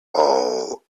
all